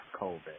COVID